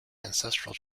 ancestral